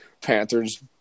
Panthers